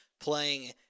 playing